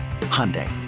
Hyundai